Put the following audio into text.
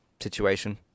situation